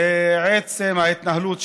לעצם ההתנהלות שלו,